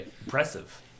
impressive